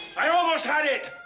i almost had it!